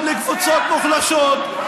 מקום לקבוצות מוחלשות,